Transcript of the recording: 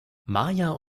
maja